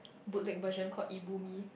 boot lick version call Ibu-mee